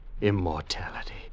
Immortality